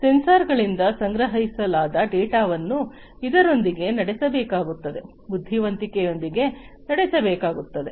ಸೆನ್ಸಾರ್ಗಳಿಂದ ಸಂಗ್ರಹಿಸಲಾದ ಡೇಟಾವನ್ನು ಇದರೊಂದಿಗೆ ನಡೆಸಬೇಕಾಗುತ್ತದೆ ಬುದ್ಧಿವಂತಿಕೆಯೊಂದಿಗೆ ನಡೆಸಬೇಕಾಗುತ್ತದೆ